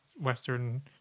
Western